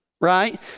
right